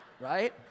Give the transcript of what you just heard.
right